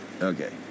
Okay